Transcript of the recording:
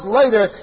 later